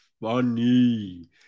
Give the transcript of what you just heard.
funny